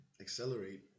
accelerate